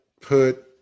put